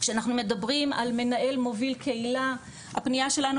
כשאנחנו מדברים על מנהל מוביל קהילה הפנייה שלנו